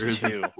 two